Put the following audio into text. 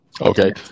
okay